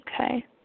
Okay